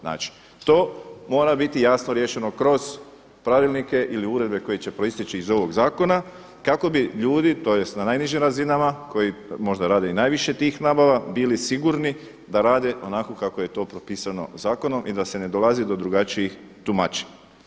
Znači to mora biti jasno riješen kroz pravilnike ili uredbe koje će proisteći iz ovog zakona kako bi ljudi tj. na najnižim razinama koji možda radi i najviše tih nabava bili sigurni da rade onako kako je to propisano zakonom i da se ne dolazi do drugačijih tumačenja.